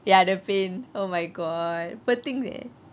ya the pain oh my god poor thing sia